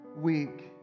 week